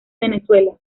venezuela